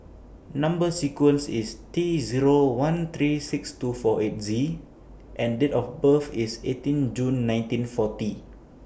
Number sequence IS T Zero one three six two four eight Z and Date of birth IS eighteen June nineteen forty